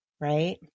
Right